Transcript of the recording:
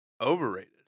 overrated